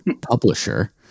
publisher